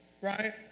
right